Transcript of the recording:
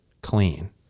clean